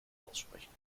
aussprechen